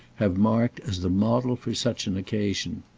have marked as the model for such an occasion.